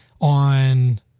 on